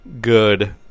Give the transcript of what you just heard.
good